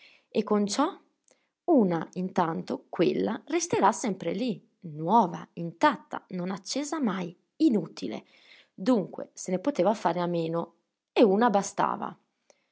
e con ciò una intanto quella resterà sempre lì nuova intatta non accesa mai inutile dunque se ne poteva fare a meno e una bastava